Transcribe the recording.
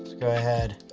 go ahead.